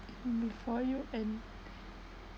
before you and